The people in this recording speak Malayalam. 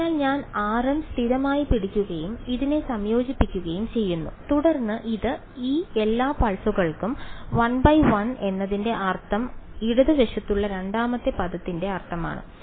അതിനാൽ ഞാൻ rm സ്ഥിരമായി പിടിക്കുകയും ഇതിനെ സംയോജിപ്പിക്കുകയും ചെയ്യുന്നു തുടർന്ന് ഇത് ഈ എല്ലാ പൾസുകൾക്കും 1 ബൈ 1 എന്നതിന്റെ അർത്ഥം ഇടതുവശത്തുള്ള രണ്ടാമത്തെ പദത്തിന്റെ അർത്ഥമാണ്